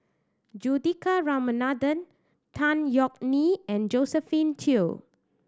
Juthika Ramanathan Tan Yeok Nee and Josephine Teo